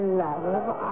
love